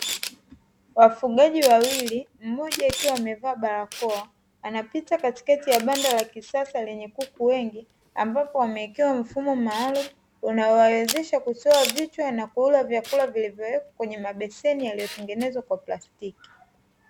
Wafugaji wawili mmoja akiwa amevaa barakoa anapita katikati ya banda la kisasa lenye kuku wengi, ambapo wamewekewa mfumo maalumu unaowawezesha kutoa vichwa na kula vyakula vilivyowekwa kwenye mabeseni yaliyotengenezwa kwa plastiki.